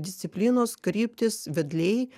disciplinos kryptys vedliai